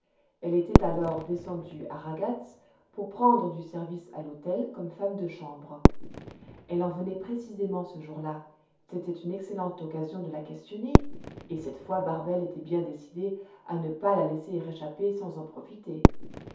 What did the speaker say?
elle était alors descendue à ragatz pour prendre du service à l'hôtel comme femme de chambre elle en venait précisément ce jour-là c'était une excellente occasion de la questionner et cette fois barbel était bien décidée à ne pas la laisser échapper sans en profiter